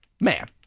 man